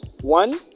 one